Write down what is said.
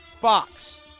fox